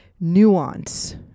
nuance